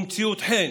ומציאות חן